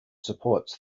supports